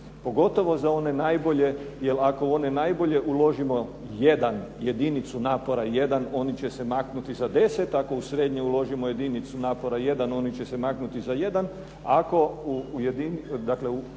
pogotovo za one najbolje. Jer ako u one najbolje uložimo jedan, jedinicu napora jedan oni će se maknuti za 10. Ako u srednje uložimo jedinicu napora 1 oni će se maknuti za 1. Dakle, ispod prosječne uložimo jedinicu